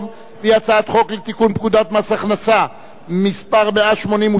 והוא: הצעת חוק לתיקון פקודת מס הכנסה (מס' 188),